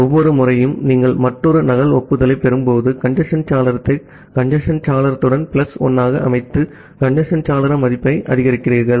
ஆகவே ஒவ்வொரு முறையும் நீங்கள் மற்றொரு நகல் ஒப்புதலைப் பெறும்போது கஞ்சேஸ்ன் சாளரத்தை கஞ்சேஸ்ன் சாளரத்துடன் பிளஸ் 1 ஆக அமைத்து கஞ்சேஸ்ன் சாளர மதிப்பை அதிகரிக்கிறீர்கள்